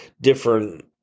different